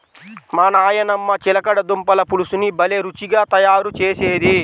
మా నాయనమ్మ చిలకడ దుంపల పులుసుని భలే రుచిగా తయారు చేసేది